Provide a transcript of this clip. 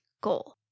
goal